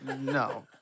no